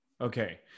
Okay